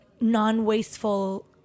non-wasteful